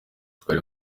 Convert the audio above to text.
twari